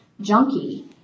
junkie